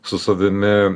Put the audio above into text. su savimi